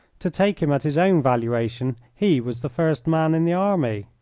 to take him at his own valuation, he was the first man in the army.